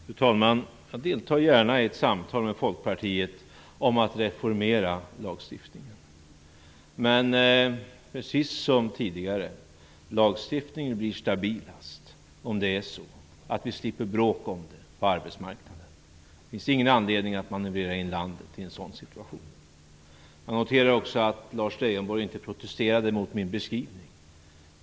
Fru talman! Jag deltar gärna i ett samtal med Folkpartiet om att reformera lagstiftningen. Men precis som tidigare vill jag säga att lagstiftningen blir stabilast om vi slipper bråk om den på arbetsmarknaden. Det finns ingen anledning att manövrera in landet i en sådan situation. Jag noterar också att Lars Leijonborg inte protesterade mot min beskrivning.